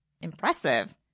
impressive